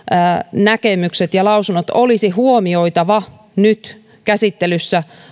näkemykset ja lausunnot olisi huomioitava nyt käsittelyssä